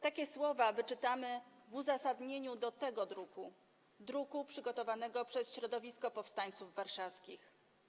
Takie słowa wyczytamy w uzasadnieniu do projektu z druku przygotowanego przez środowisko powstańców warszawskich.